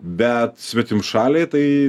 bet svetimšaliai tai